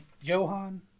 Johan